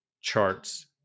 charts